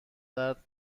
درد